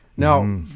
Now